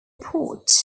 port